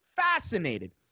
fascinated